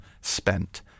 spent